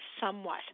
somewhat